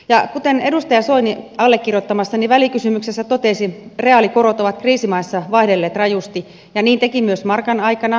ja kuten edustaja soini allekirjoittamassani välikysymyksessä totesi reaalikorot ovat kriisimaissa vaihdelleet rajusti ja niin oli myös markan aikana